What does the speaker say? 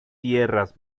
tierras